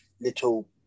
little